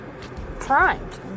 Primed